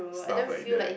stuff like that